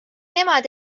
nemad